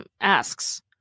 asks